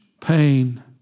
pain